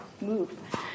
move